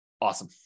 Awesome